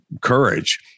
courage